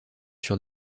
sur